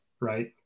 right